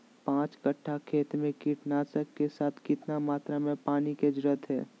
पांच कट्ठा खेत में कीटनाशक के साथ कितना मात्रा में पानी के जरूरत है?